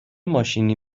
ماشینی